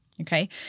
okay